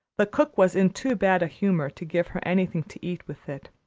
the cook was in too bad a humor to give her anything to eat with it.